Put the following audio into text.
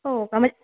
हो का मग